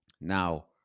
Now